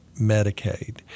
Medicaid